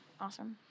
awesome